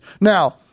Now